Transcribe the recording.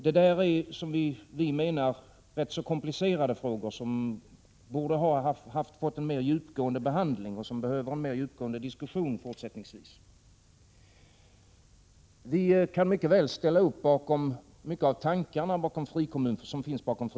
Det där är, menar vi, rätt komplicerade frågor som borde ha fått en mer djupgående behandling och som behöver en mer djupgående diskussion fortsättningsvis. Vi kan mycket väl ställa oss bakom en hel del av tankarna bakom frikommunsförsöken, men vi 13 Prot.